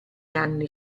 anni